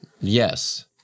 Yes